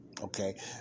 Okay